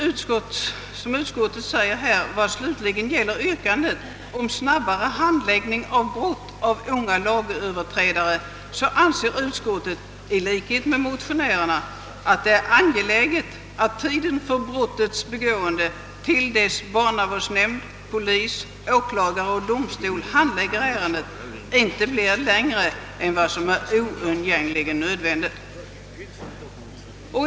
Utskottet skriver bl.a. följande: »Vad slutligen gäller yrkandet om snabbare handläggning av brott av unga lagöverträdare anser utskottet i likhet med motionärerna att det är angeläget att tiden från brottets begående till dess barnavårdsnämnd, polis, åklagare och domstol handlägger ärendet inte blir längre än som är oundgängligen nödvändigt.